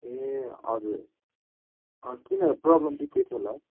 ए हजुर किन प्रबलम चाहिँ के थियो होला